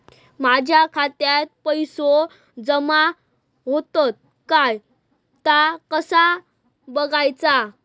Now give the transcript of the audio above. माझ्या खात्यात पैसो जमा होतत काय ता कसा बगायचा?